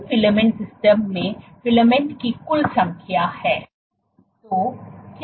N filament system में filaments की कुल संख्या है